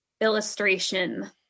illustration